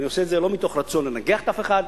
ואני עושה את זה לא מתוך רצון לנגח אף אחד,